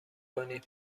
کنیم